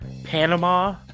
Panama